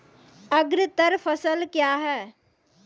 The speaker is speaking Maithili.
अग्रतर फसल क्या हैं?